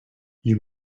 you